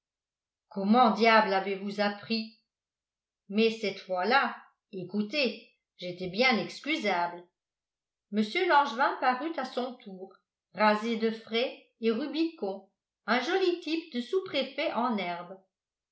comment diable avez-vous appris mais cette fois-là écoutez j'étais bien excusable mr langevin parut à son tour rasé de frais et rubicond un joli type de sous-préfet en herbe